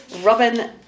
Robin